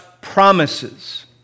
promises